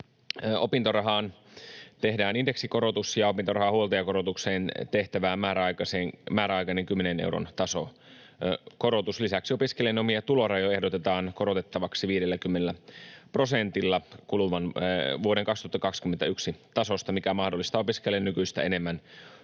opintorahaan tehdään indeksikorotus ja opintorahan huoltajakorotukseen määräaikainen 10 euron tasokorotus. Lisäksi opiskelijan omia tulorajoja ehdotetaan korotettavaksi 50 prosentilla vuoden 2021 tasosta, mikä mahdollistaa opiskelijalle nykyistä enemmän työtuloja